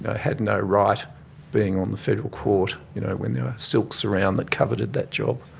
ah had no right being on the federal court when there were silks around that coveted that job.